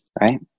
right